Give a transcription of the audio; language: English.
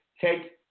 take